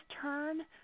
turn